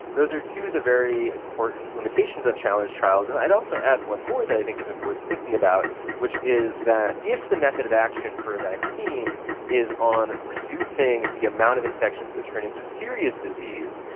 those are two of the very important limitations on challenge trials, and i'd also add one more that i think is worth thinking about which is that if the method of action for a vaccine is on reducing the amount of infections that turn into serious disease,